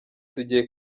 tugiye